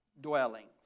dwellings